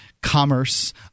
commerce